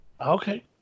Okay